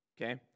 Okay